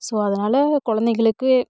so அதனால குழந்தைங்களுக்கு